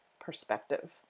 perspective